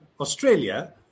Australia